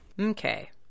Okay